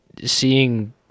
seeing